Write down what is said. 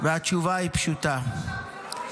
והתשובה היא פשוטה: